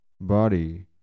body